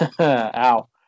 ow